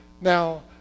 Now